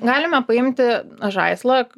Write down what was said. galime paimti žaislą